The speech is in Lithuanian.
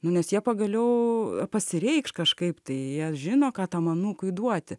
nu nes jie pagaliau pasireikš kažkaip tai jie žino ką tam anūkui duoti